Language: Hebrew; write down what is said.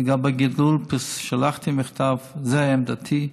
לגבי הגידול, שלחתי מכתב, זו עמדתי,